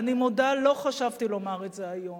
ואני מודה, לא חשבתי לומר את זה היום,